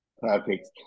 perfect